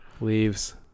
Leaves